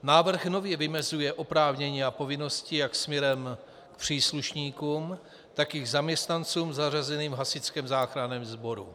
Návrh nově vymezuje oprávnění a povinnosti jak směrem k příslušníkům, tak i k zaměstnancům zařazeným v Hasičském záchranném sboru.